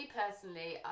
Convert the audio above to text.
personally